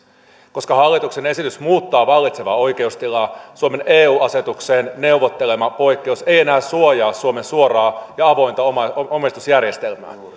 koska hallituksen esitys muuttaa vallitsevaa oikeustilaa suomen eu asetukseen neuvottelema poikkeus ei enää suojaa suomen suoraa ja avointa omistusjärjestelmää